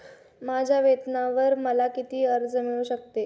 माझ्या वेतनावर मला किती कर्ज मिळू शकते?